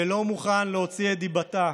אני לא מוכן להוציא את דיבתה,